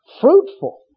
Fruitful